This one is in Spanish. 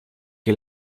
que